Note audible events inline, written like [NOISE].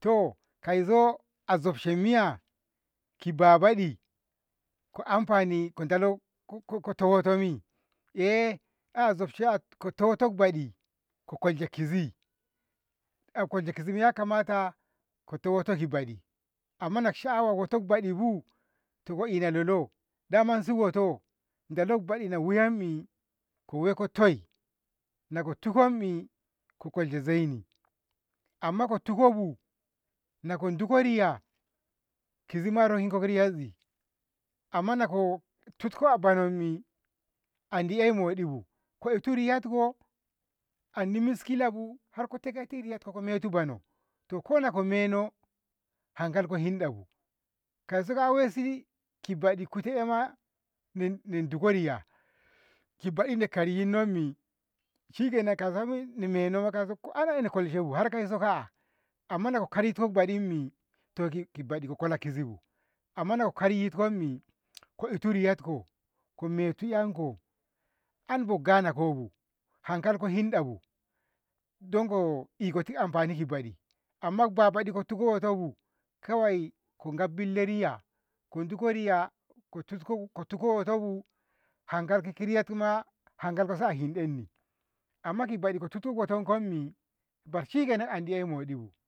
to kauso a zabshe miya kibabaɗi ko amfani ko ndallo ko kote wutami [HESITATION] ehzabshe ko kote wuto baɗi ko kolshe kizi, akolshe kizimiya kamaka towuto ki beɗi amma na sha'awa wuto baɗibu, to ko ina lolo? damashi wuto baɗi lolo baɗi in wuyanni kawai kotoi, nako tukonni ko kolshe zaini amma ko tukobu nako dukko riya kizi marokinkoma ki riyamazi amma na tutko banammi andi 'ye moɗibu ko itu riyatko andi miskilabu harko teketi riyatko kometu bono toko nako meno hankalko hinɗabu kauso ka'asi wayye kibeɗi wayema nin nin dukko riya kibaɗine kariyinnimi shikenan kauso meno ana ehkolshebu harkauso ka'a amma nakokoritko banammi to kiɓeɗi ko kola kizibu amma nako karitkommi ko itu riyatko kometu enko enko ango gana kobo halkalko hinɗabu ndango ikoti amfani ki ɓeɗi amma kibabaɗi ko tuko wotobu kawai kogb billanko riya endoko riya ko tut- ko tuko wutobu hankalko kiki riyama, hankalko sai hinɗinni amma kiɓeɗi titko wutonkomi shikenan andi ehmoɗibu.